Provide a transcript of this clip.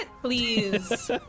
Please